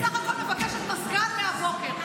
אני בסך הכול מבקשת מזגן מהבוקר.